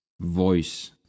voice